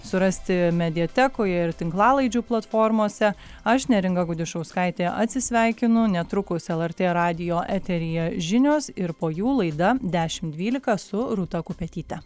surasti mediatekoje ir tinklalaidžių platformose aš neringa gudišauskaitė atsisveikinu netrukus lrt radijo eteryje žinios ir po jų laida dešim dvylika su rūta kupetyte